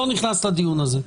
אני לא נכנס לדיון הזה.